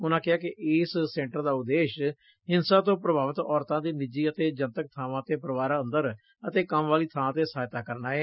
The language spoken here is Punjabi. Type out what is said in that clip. ਉਨ੍ਪਾਂ ਕਿਹਾ ਕਿ ਇਸ ਸੈਂਟਰ ਦਾ ਉਦੇਸ਼ ਹਿੰਸਾ ਤੋ ਪ੍ਰਭਾਵਿਤ ਔਰਤਾਂ ਦੀ ਨਿਜੀ ਅਤੇ ਜਨਤਕ ਬਾਵਾਂ ਤੇ ਪਰਿਵਾਰ ਅੰਦਰ ਅਤੇ ਕੰਮ ਵਾਲੀ ਬਾਂ ਤੇ ਸਹਾਇਤਾ ਕਰਨਾ ਏ